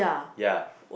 ya